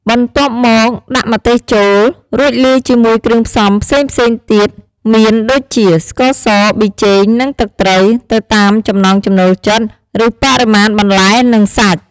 បន្ទាប់មកដាក់ម្ទេសចូល រួចលាយជាមួយគ្រឿងផ្សំផ្សេងៗទៀតមានដូចជា ស្ករស ប៊ីចេង និងទឹកត្រី ទៅតាមចំណង់ចំណូលចិត្តឬបរិមាណបន្លែនិងសាច់។